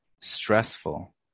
stressful